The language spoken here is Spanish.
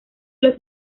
los